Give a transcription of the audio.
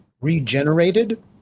regenerated